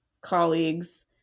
colleagues